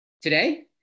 Today